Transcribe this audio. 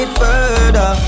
further